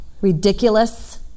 ridiculous